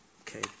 okay